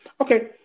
Okay